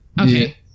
okay